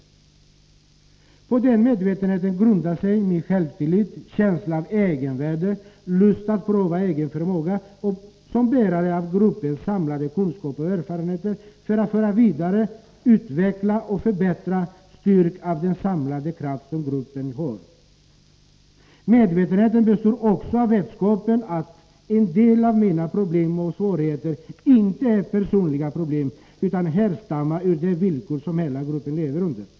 På den medvetenheten grundar sig min självtillit, känsla av egenvärde, lust att pröva egen förmåga som bärare av gruppens samlade kunskaper och erfarenheter för att föra vidare, utveckla och förbättra, styrkt av den samlade kraft som gruppen har. Medvetenheten består också av vetskapen om att en del av mina problem och svårigheter inte är personliga problem, utan härrör från de villkor som hela gruppen lever under.